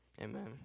Amen